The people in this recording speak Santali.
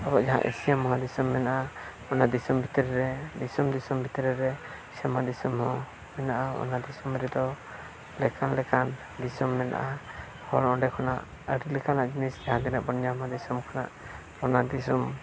ᱟᱵᱚᱣᱟᱜ ᱡᱟᱦᱟᱸ ᱮᱥᱤᱭᱟ ᱢᱚᱦᱟ ᱫᱤᱥᱚᱢ ᱢᱮᱱᱟᱜᱼᱟ ᱚᱱᱟ ᱫᱤᱥᱚᱢ ᱵᱷᱤᱛᱨᱤ ᱨᱮ ᱫᱤᱥᱚᱢᱼᱫᱤᱥᱚᱢ ᱵᱷᱤᱛᱨᱤ ᱨᱮ ᱥᱮᱨᱢᱟ ᱫᱤᱥᱚᱢ ᱦᱚᱸ ᱢᱮᱱᱟᱜᱼᱟ ᱚᱱᱟ ᱫᱤᱥᱚᱢ ᱨᱮᱫᱚ ᱞᱮᱠᱟᱱ ᱞᱮᱠᱟᱱ ᱫᱤᱥᱚᱢ ᱢᱮᱱᱟᱜᱼᱟ ᱚᱱᱮ ᱚᱸᱰᱮ ᱠᱷᱚᱱᱟᱜ ᱟᱹᱰᱤ ᱞᱮᱠᱟᱱᱟᱜ ᱡᱤᱱᱤᱥ ᱡᱟᱦᱟᱸ ᱛᱤᱱᱟᱹᱜ ᱵᱚᱱ ᱧᱟᱢᱟ ᱫᱤᱥᱚᱢ ᱠᱷᱚᱱᱟᱜ ᱚᱱᱟ ᱫᱤᱥᱚᱢ